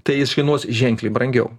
tai jis kainuos ženkliai brangiau